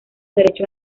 derechos